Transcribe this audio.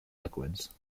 liquids